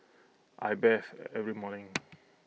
I bathe every morning